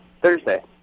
Thursday